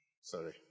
Sorry